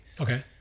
okay